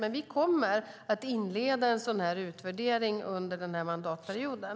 Men vi kommer att inleda en utvärdering under den här mandatperioden.